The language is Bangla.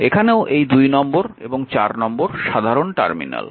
এখানেও এই 2 নম্বর এবং 4 নম্বর সাধারণ টার্মিনাল